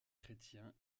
chrétiens